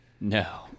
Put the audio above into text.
No